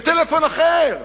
בטלפון אחר,